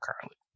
currently